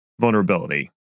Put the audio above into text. vulnerability